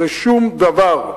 זה שום דבר.